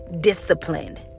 disciplined